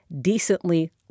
decently